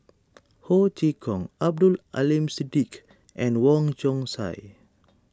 Ho Chee Kong Abdul Aleem Siddique and Wong Chong Sai